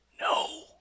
no